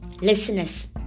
listeners